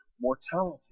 mortality